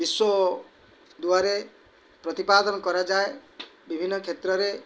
ବିଶ୍ୱ ଦୁଆରେ ପ୍ରତିପାଦନ କରାଯାଏ ବିଭିନ୍ନ କ୍ଷେତ୍ରରେ